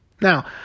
Now